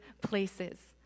places